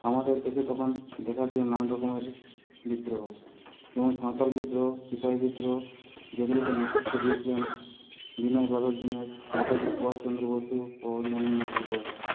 আমাদের দেশে তখন দেখা দিল নানা রকমের বিদ্রোহ যেমন সাঁওতাল বিদ্রোহ সিপাহি বিদ্রোহ যেগুলিকে নেতৃত্ব দিয়েছিলেন বিনয় বাদল দীনেশ নেতাজী সুভাষচন্দ্র বসু ও অন্যান্য নেতৃবর্গ